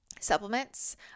supplements